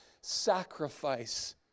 sacrifice